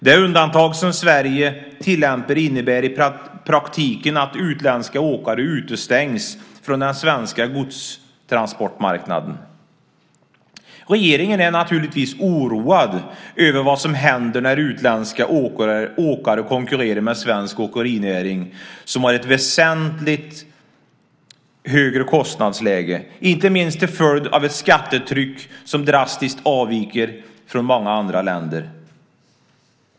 Det undantag som Sverige tillämpar innebär i praktiken att utländska åkare utestängs från den svenska godstransportmarknaden. Regeringen är naturligtvis oroad över vad som händer när utländska åkare konkurrerar med svensk åkerinäring som har ett väsentligt högre kostnadsläge, inte minst till följd av ett skattetryck som drastiskt avviker från många andra länders.